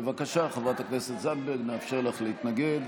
בבקשה, חברת הכנסת זנדברג, נאפשר לך להתנגד.